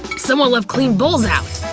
someone left clean bowls out